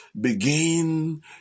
begin